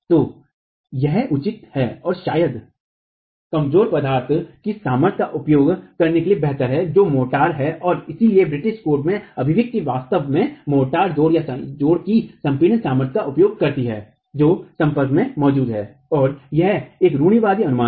तो यह उचित है और शायद कमजोर पदार्थ की सामर्थ्य का उपयोग करने के लिए बेहतर है जो मोर्टार है और इसलिए ब्रिटिश कोड में अभिव्यक्ति वास्तव में मोर्टार जोड़ोंसंयुक्त की संपीड़ित सामर्थ्य का उपयोग करती है जो संपर्क में मौजूद है और यह एक रूढ़िवादी अनुमान है